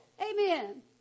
Amen